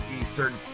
Eastern